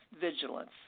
vigilance